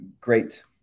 great